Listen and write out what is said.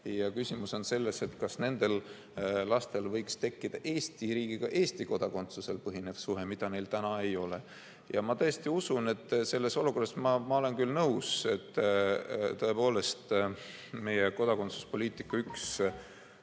Küsimus on selles, kas nendel lastel võiks tekkida Eesti riigiga Eesti kodakondsusel põhinev suhe, mida neil praegu ei ole. Ja ma tõesti usun, selles olukorras ma olen küll nõus, et tõepoolest, üks meie kodakondsuspoliitika